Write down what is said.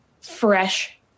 Fresh